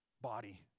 body